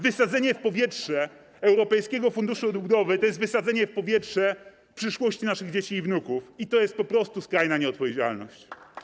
Wysadzenie w powietrze Europejskiego Funduszu Odbudowy to jest wysadzenie w powietrze przyszłości naszych dzieci i wnuków, to jest po prostu skrajna nieodpowiedzialność.